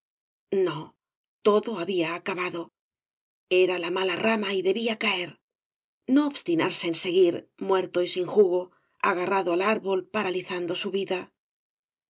no todo había acabado era la mala rama y debía caer no obstinarse en seguir muerto y sin jugo agarrado al árbol paralizando su vida